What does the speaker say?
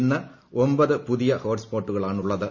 int ാട് പുതിയ ഹോട്ട്സ്പോട്ടുകളാണുള്ളത്